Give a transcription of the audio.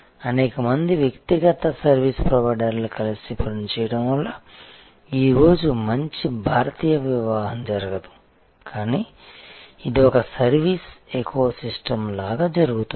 అనేకమంది వ్యక్తిగత సర్వీస్ ప్రొవైడర్లు కలిసి పనిచేయడం వల్ల ఈరోజు మంచి భారతీయ వివాహం జరగదు కానీ ఇది ఒక సర్వీస్ ఎకోసిస్టమ్ లాగా జరుగుతుంది